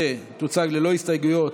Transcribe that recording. שתוצג ללא הסתייגויות.